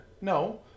No